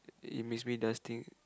it makes me does things